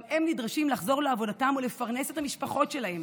גם הם נדרשים לחזור לעבודתם ולפרנס את המשפחות שלהם.